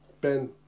Ben